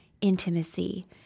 intimacy